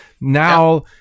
Now